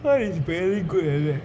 sun is very good at that